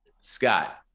Scott